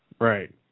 Right